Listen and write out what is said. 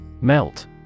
Melt